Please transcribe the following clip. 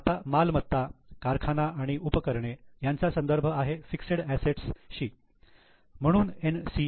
आता मालमत्ता कारखाना आणि उपकरणे यांचा संदर्भ आहे फिक्सेड असेट्स म्हणून 'NCA'